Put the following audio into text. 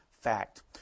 fact